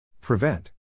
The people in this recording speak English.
Prevent